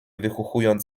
wychuchując